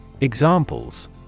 Examples